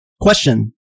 Question